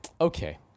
Okay